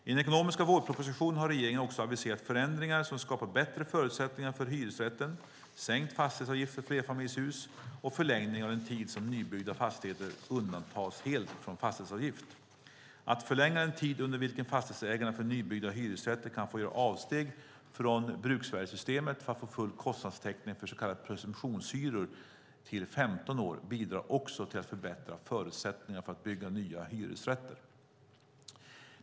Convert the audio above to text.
I den ekonomiska vårpropositionen har regeringen också aviserat förändringar som skapar bättre förutsättningar för hyresrätten: sänkt fastighetsavgift för flerfamiljshus och förlängning av den tid som nybyggda fastigheter undantas helt från fastighetsavgift. Att förlänga den tid under vilken fastighetsägarna för nybyggda hyresrätter kan få göra avsteg från bruksvärdessystemet för att få full kostnadstäckning för så kallade presumtionshyror till 15 år bidrar också till att förbättra förutsättningarna för att bygga nya hyresrätter.